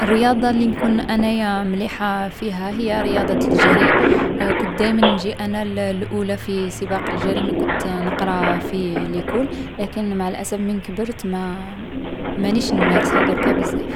الرياضة لي نكون أنايا مليحة فيها هي رياضة الجري. كنت دايما نجي أنا الـ الأولى في سباق الجري من كنت نقرا في ليكول. لكن مع الأسف من كبرت ما مانيش نمارسها ضركا بزاف.